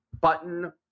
button